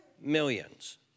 millions